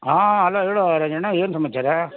ಹಾಂ ಹಲೋ ಹೇಳು ರಾಜಣ್ಣ ಏನು ಸಮಾಚಾರ